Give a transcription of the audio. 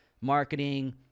marketing